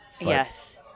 Yes